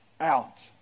out